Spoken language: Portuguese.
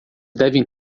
devem